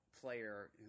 player